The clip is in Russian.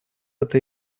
эта